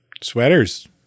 sweaters